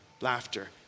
Laughter